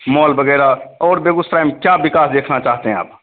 mall वग़ैरह और बेगूसराय में क्या विकास देखना चाहते हैं आप